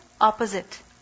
opposite